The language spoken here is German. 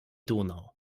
donau